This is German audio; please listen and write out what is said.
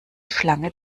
schlange